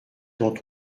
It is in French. dont